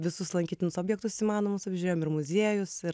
visus lankytinus objektus įmanomus apžiūrėjom ir muziejus ir